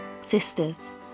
Sisters